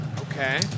Okay